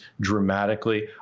dramatically